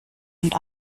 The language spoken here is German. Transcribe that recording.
und